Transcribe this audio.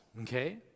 okay